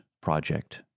project